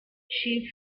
she